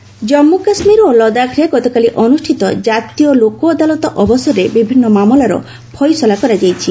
JK ଲୋକଅଦାଲତ ଜାମ୍ମୁ କାଶ୍ମୀର ଓ ଲଦାଖରେ ଗତକାଲି ଅନୁଷ୍ଠିତ କାତୀୟ ଲୋକଅଦାଲତ ଅବସରରେ ବିଭିନ୍ନ ମାମଲାର ଫଇସଲା କରାଯାଇଛି